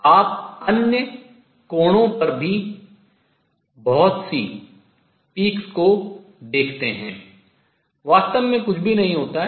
आप अन्य कोणों पर बहुत सी peaks शिखर को देखते हैं वास्तव में कुछ भी नहीं होता है